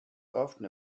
often